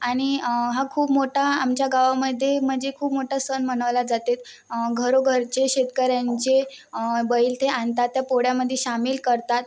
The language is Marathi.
आणि हा खूप मोठा आमच्या गावामध्ये म्हणजे खूप मोठा सण मनवल्या जातात घरोघरचे शेतकऱ्यांचे बैल ते आणतात त्या पोळ्यामध्ये शामील करतात